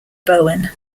bowen